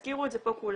והזכירו את זה פה כולם,